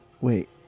Wait